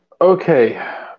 Okay